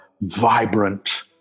vibrant